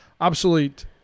obsolete